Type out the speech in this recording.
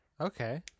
Okay